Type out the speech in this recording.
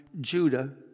Judah